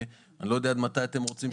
אני לא יודע עד מתי אתם רוצים שנספיק.